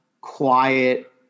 quiet